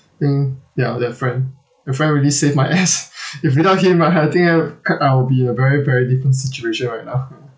think ya that friend that friend really saved my ass if without him ah I think I'll be a very very different situation right now